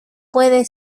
puede